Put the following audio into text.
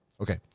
Okay